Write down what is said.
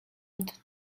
and